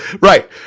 Right